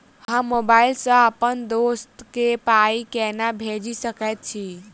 हम मोबाइल सअ अप्पन दोस्त केँ पाई केना भेजि सकैत छी?